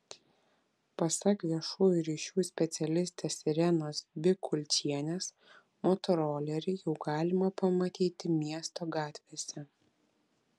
pasak viešųjų ryšių specialistės irenos bikulčienės motorolerį jau galima pamatyti miesto gatvėse